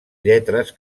lletres